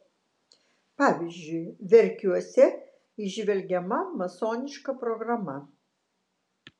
pavyzdžiui verkiuose įžvelgiama masoniška programa